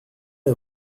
les